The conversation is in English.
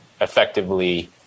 effectively